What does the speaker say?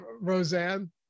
Roseanne